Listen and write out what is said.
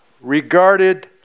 regarded